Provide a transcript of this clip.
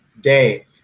day